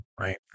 Right